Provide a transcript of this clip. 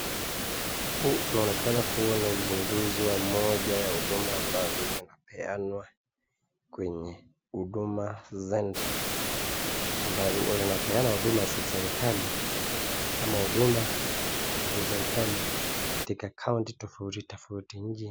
Huu unaonekana kuwa ni uzinduzi wa moja za huduma ambazo zinapeanwa kwenye huduma centre ambazo huwa zinapeana huduma za serikali ama huduma za serikali katika kaunti tofuati tofauti nchini.